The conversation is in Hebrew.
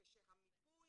כשהמיפוי